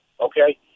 okay